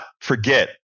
forget